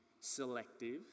selective